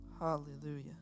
Hallelujah